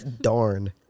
darn